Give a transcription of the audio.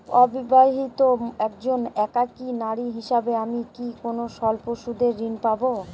অবিবাহিতা একজন একাকী নারী হিসেবে আমি কি কোনো স্বল্প সুদের ঋণ পাব?